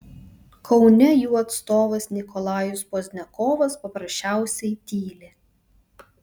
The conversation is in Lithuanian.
kaune jų atstovas nikolajus pozdniakovas paprasčiausiai tyli